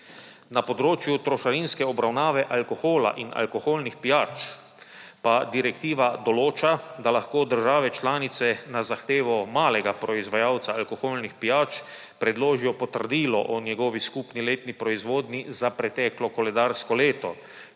Na področju trošarinske obravnave alkohola in alkoholnih pijač pa direktiva določa, da lahko države članice na zahtevo malega proizvajalca alkoholnih pijač predložijo potrdilo o njegovi skupni letni proizvodnji za preteklo koledarsko leto,